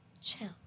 chill